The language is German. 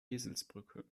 eselsbrücke